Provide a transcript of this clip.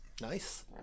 Nice